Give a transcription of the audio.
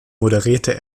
moderierte